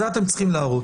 את זה אתם צריכים להראות,